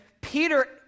Peter